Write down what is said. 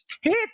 Hit